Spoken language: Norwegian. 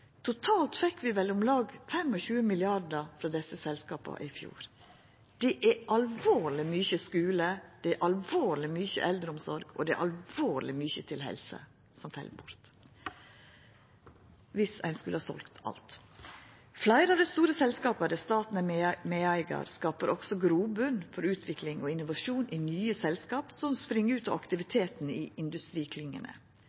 Totalt fekk vi vel om lag 25 mrd. kr frå desse selskapa i fjor. Det er alvorleg mykje til skule, det er alvorleg mykje til eldreomsorg, og det er alvorleg mykje til helse som fell bort dersom ein skulle ha selt alt. Fleire av dei store selskapa der staten er medeigar, skaper også grobotn for utvikling og innovasjon i nye selskap som spring ut av